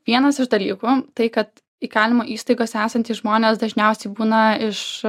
vienas iš dalykų tai kad įkalinimo įstaigose esantys žmonės dažniausiai būna iš